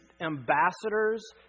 ambassadors